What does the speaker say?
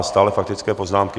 Stále faktické poznámky.